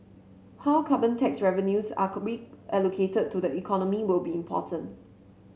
how carbon tax revenues are cold reallocated to the economy will be important